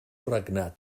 regnat